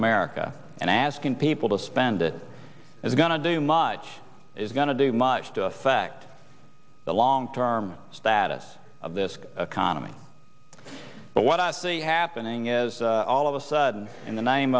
america and asking people to spend it is going to do much is going to do much to affect the long term status of this economy but what i see happening is all of a sudden in the name